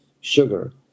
sugar